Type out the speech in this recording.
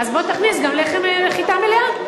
בוא תכניס גם לחם מחיטה מלאה.